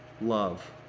love